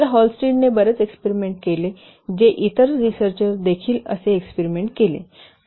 तर हॉलस्टिडने बरेच एक्सपेरिमेंट केले जे इतर रिसर्चर देखील असे एक्सपेरिमेंट केले